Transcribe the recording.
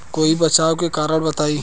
कोई बचाव के कारण बताई?